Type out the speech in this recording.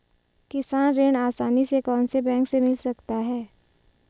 किसान ऋण आसानी से कौनसे बैंक से मिल सकता है?